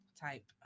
type